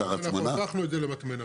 אנחנו הפכנו את זה למטמנה.